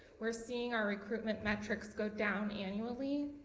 we are seeing our recruitment metrics go down annually.